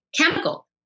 chemical